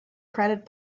credit